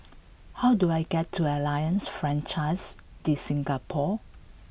how do I get to Alliance Francaise de Singapour